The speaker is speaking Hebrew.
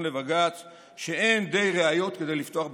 לבג"ץ שאין די ראיות לפתוח בחקירה.